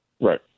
Right